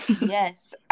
Yes